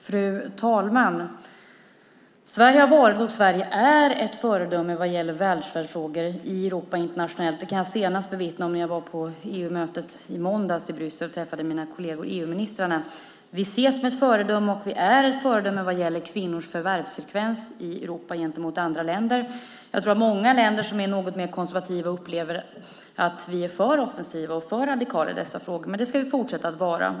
Fru talman! Sverige har varit och är ett föredöme vad gäller välfärdsfrågor i Europa och internationellt. Det kan jag vittna om efter det senaste EU-mötet i måndags i Bryssel, där jag träffade mina kolleger EU-ministrarna. Vi ses som ett föredöme och vi är ett föredöme jämfört med andra länder i Europa när gäller kvinnors förvärvsfrekvens. Jag tror att många länder som är något mer konservativa upplever att vi är för offensiva och för radikala i dessa frågor, men det ska vi fortsätta vara.